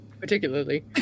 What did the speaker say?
particularly